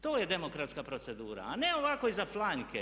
To je demokratska procedura, a ne ovako iza flanjke.